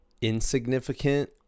insignificant